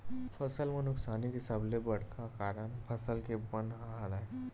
फसल म नुकसानी के सबले बड़का कारन फसल के बन ह हरय